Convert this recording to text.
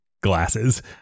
glasses